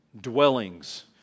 dwellings